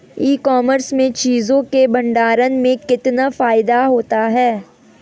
ई commerce में चीज़ों के भंडारण में कितना फायदा होता है?